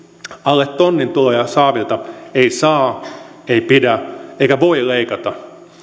alle tonnin tuloja saavilta ei saa ei pidä eikä voi leikata